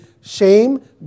shame